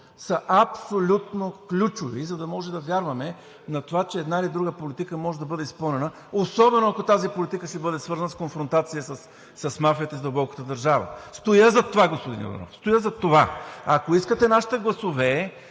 са аб-со-лютно ключови, за да можем да вярваме, на това, че една или друга политика може да бъде изпълнена, особено ако тази политика ще бъде свързана с конфронтация с мафията и с дълбоката държава. Стоя зад това, господин Йорданов, стоя зад това! Ако искате нашите гласове,